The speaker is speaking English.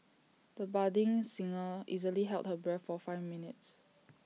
the budding singer easily held her breath for five minutes